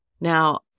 Now